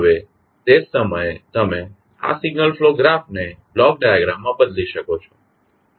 હવે તે જ સમયે તમે આ સિગ્નલ ફ્લો ગ્રાફને બ્લોક ડાયાગ્રામ માં બદલી શકો છો